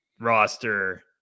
roster